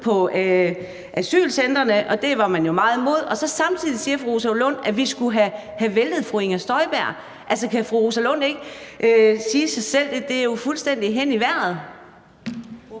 på asylcentrene, og det var man jo meget imod. Og så siger fru Rosa Lund samtidig, at vi skulle have væltet fru Inger Støjberg. Altså, kan fru Rosa Lund ikke sige sig selv, at det jo er fuldstændig hen i vejret?